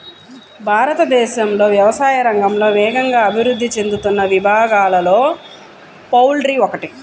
భారతదేశంలో వ్యవసాయ రంగంలో వేగంగా అభివృద్ధి చెందుతున్న విభాగాలలో పౌల్ట్రీ ఒకటి